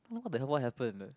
what the hell what happened